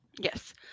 yes